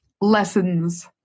Lessons